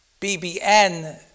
BBN